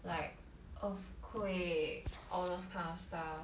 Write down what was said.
like earthquake all those kind of stuff